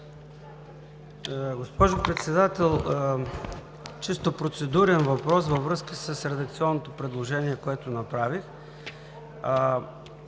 Госпожо Председател, чисто процедурен въпрос във връзка с редакционното предложение, което направих.